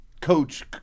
coach